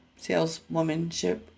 saleswomanship